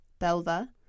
Belva